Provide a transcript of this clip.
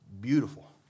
beautiful